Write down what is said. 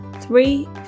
Three